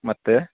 ಮತ್ತೆ